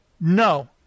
no